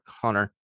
Connor